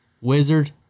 Wizard